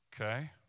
okay